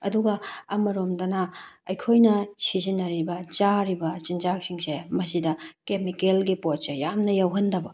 ꯑꯗꯨꯒ ꯑꯃꯔꯣꯝꯗꯅ ꯑꯩꯈꯣꯏꯅ ꯁꯤꯖꯤꯟꯅꯔꯤꯕ ꯆꯥꯔꯤꯕ ꯆꯤꯟꯖꯥꯛꯁꯤꯡꯁꯦ ꯃꯁꯤꯗ ꯀꯦꯃꯤꯀꯦꯜꯒꯤ ꯄꯣꯠꯁꯦ ꯌꯥꯝꯅ ꯌꯥꯎꯍꯟꯗꯕ